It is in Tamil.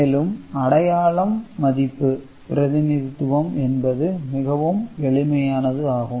மேலும் அடையாளம் மதிப்பு பிரதிநிதித்துவம் என்பது மிகவும் எளிமையானது ஆகும்